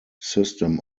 system